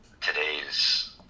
today's